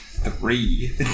Three